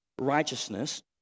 righteousness